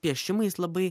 piešimais labai